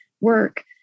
work